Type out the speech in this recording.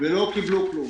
ולא קיבלו כלום.